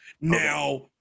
Now